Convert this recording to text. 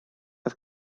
oedd